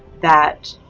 that